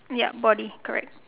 ya body correct